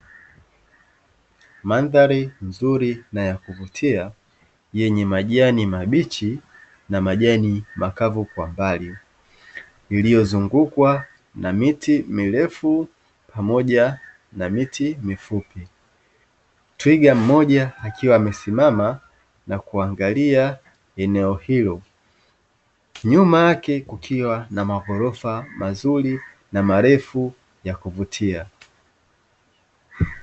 Mandhari nzuri na ya kuvutia yenye majani mabichi na majani makavu kwa mbali, iliyozungukwa na miti mirefu pamoja na miti mifupi, twiga mmoja akiwa amesimama na kuangalia eneo hilo, nyuma yake kukiwa maghorofa mazuri na marefu yakuvutia.